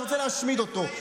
שרוצה להשמיד אותו.